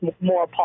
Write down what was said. more